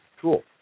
Cool